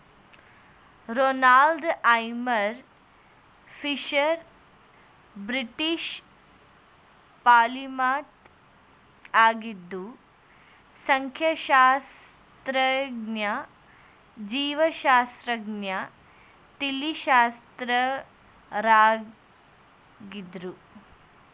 Ronald Aylmer Fisher British polymath ಆಗಿದ್ದು ಸಂಖ್ಯಾಶಾಸ್ತ್ರಜ್ಞ ಜೀವಶಾಸ್ತ್ರಜ್ಞ ತಳಿಶಾಸ್ತ್ರಜ್ಞರಾಗಿದ್ರು